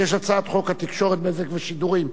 יש הצעת חוק התקשורת (בזק ושידורים).